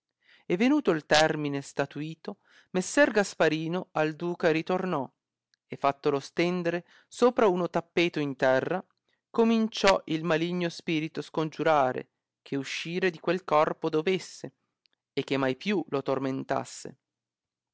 e venuto il termine statuito messer gasparino al duca ritornò e fattolo stendere sopra uno tappeto in terra cominciò il maligno spirito scongiurare che uscire di quel corpo dovesse e che più non lo tormentasse